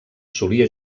solia